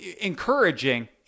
encouraging